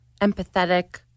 empathetic